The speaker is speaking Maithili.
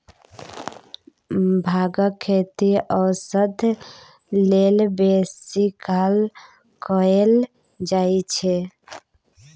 भांगक खेती औषध लेल बेसी काल कएल जाइत छै